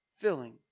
filling